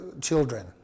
children